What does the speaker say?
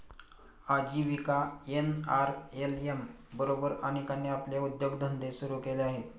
आजीविका एन.आर.एल.एम बरोबर अनेकांनी आपले उद्योगधंदे सुरू केले आहेत